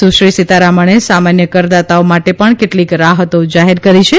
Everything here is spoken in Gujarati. સુશ્રી સિતારમણે સામન્ય કરદાતાઓ માટે પણ કેટલીક રાહતો જાહેર કરી છે